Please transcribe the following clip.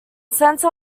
center